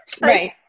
Right